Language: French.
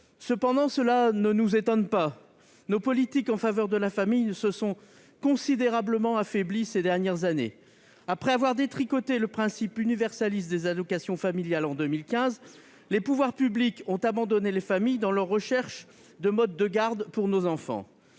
Cependant, cela ne nous étonne pas, car nos politiques en faveur de la famille se sont considérablement affaiblies ces dernières années. Après avoir détricoté le principe universaliste des allocations familiales en 2015, les pouvoirs publics ont abandonné les familles dans leur recherche de modes de garde pour nos enfants.